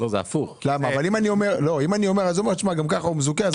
הוא אומר שגם ככה הוא מזוכה.